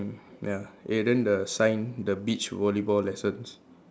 ya eh then the sign the beach volleyball lessons